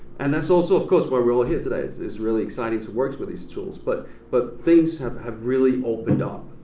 and that's also of course why we're all here today is is really exciting to work with these tools but but things have have really opened up